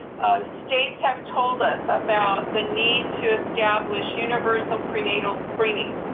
states have told us about the need to establish universal prenatal screening,